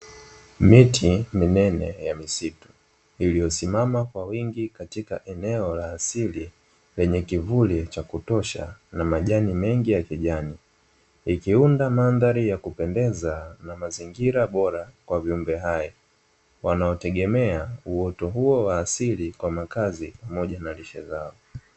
Miti minene ya misitu iliyosimama kwa wingi katika eneo la asili, lenye kivuli cha kutosha na majani mengi ya kijani, ikiunda mandhari ya kupendeza na mazingira bora kwa viumbe hai, wanaotegemea uoto huo wa asili kwa makazi pamoja na mishe zao.